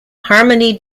harmony